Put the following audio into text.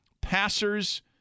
passers